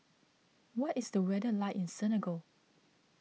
what is the weather like in Senegal